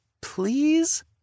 Please